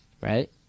right